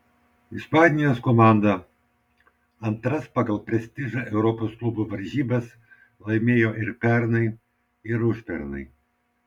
ispanijos komanda antras pagal prestižą europos klubų varžybas laimėjo ir pernai ir užpernai